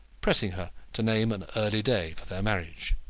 pressing her to name an early day for their marriage.